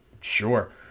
sure